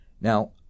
Now